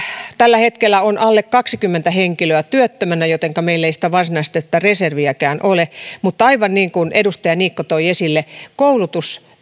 tällä hetkellä on alle kaksikymmentä henkilöä työttömänä jotenka meillä ei varsinaisesti tätä reserviäkään ole mutta aivan niin kuin edustaja niikko toi esille koulutus